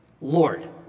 Lord